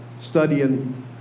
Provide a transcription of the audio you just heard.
studying